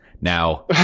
now